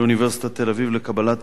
לאוניברסיטת תל-אביב לקבלת